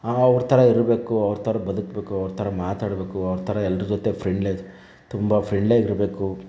ಅವರ ಥರ ಇರಬೇಕು ಅವರ ಥರ ಬದುಕಬೇಕು ಅವರ ಥರ ಮಾತಾಡಬೇಕು ಅವರ ಥರ ಎಲ್ಲರ ಜೊತೆ ಫ್ರೆಂಡ್ಲಿ ತುಂಬ ಫ್ರೆಂಡ್ಲಿ ಆಗಿರಬೇಕು